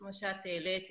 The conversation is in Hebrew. כמו שאת העלית,